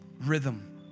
rhythm